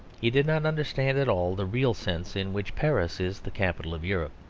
he did not understand at all the real sense in which paris is the capital of europe.